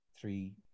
three